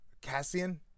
Cassian